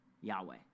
Yahweh